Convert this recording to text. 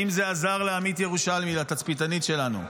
האם זה עזר לעמית ירושלמי, התצפיתנית שלנו?